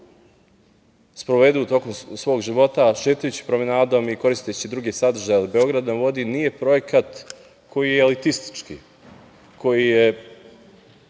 sprovedu u toku svog života, šetajući promenadom i koristeći druge sadržaje. „Beograd na vodi“ nije projekat koji je elitistički, koji je